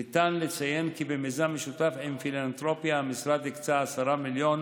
ניתן לציין כי במיזם משותף עם פילנתרופיה המשרד הקצה 10 מיליון